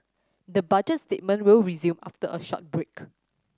the Budget statement will resume after a short break